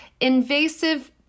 invasive